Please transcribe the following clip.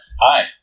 Hi